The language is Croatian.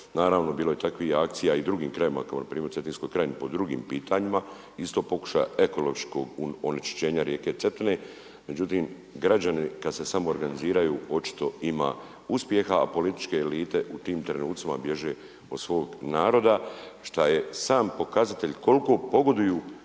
Naravno bilo je takvih akcija i u drugim krajevima kao npr. u Cetinskoj krajini po drugim pitanjima isto pokušaja ekološkog onečišćenja rijeke Cetine, međutim građani kada se samoorganiziraju očito ima uspjeha, a političke elite u tim trenucima bježe od svog naroda šta je sam pokazatelj koliko pogoduju